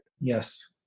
Yes